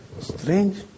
strange